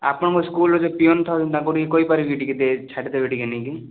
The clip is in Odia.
ଆପଣଙ୍କ ସ୍କୁଲ୍ର ଯେଉଁ ପିଅନ୍ ଥାଆନ୍ତି ତାଙ୍କୁ ଟିକିଏ କହିପାରିବେ କି ଟିକିଏ ଛାଡ଼ିଦେବେ ଟିକିଏ ନେଇକି